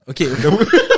Okay